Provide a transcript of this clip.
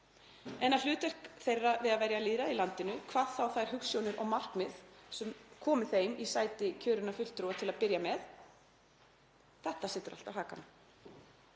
En það hlutverk þeirra við að verja lýðræðið í landinu, hvað þá þær hugsjónir og markmið sem komu þeim í sæti kjörinna fulltrúa til að byrja með — þetta situr allt á hakanum.